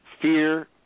fear